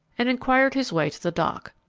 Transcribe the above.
and enquired his way to the dock.